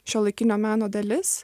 šiuolaikinio meno dalis